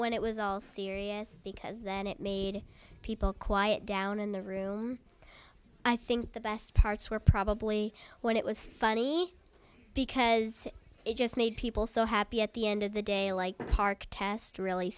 when it was all serious because then it made people quiet down in the room i think the best parts were probably when it was funny because it just made people so happy at the end of the day like park test really